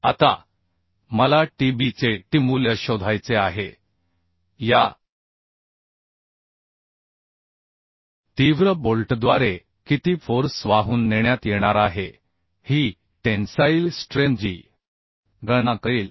आता मला TB चे T मूल्य शोधायचे आहे या तीव्र बोल्टद्वारे किती फोर्स वाहून नेण्यात येणार आहे ही टेन्साईल स्ट्रेंथ जी गणना करेल